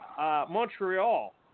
Montreal